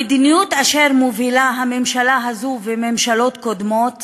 המדיניות אשר מובילה הממשלה הזאת וממשלות קודמות